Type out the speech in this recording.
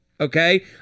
okay